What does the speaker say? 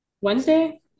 Wednesday